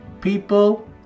People